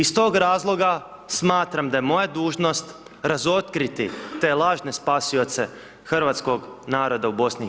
Iz tog razloga smatram da je moja dužnost razotkriti te lažne spasioce Hrvatskog naroda u BIH.